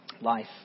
Life